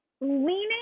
Leaning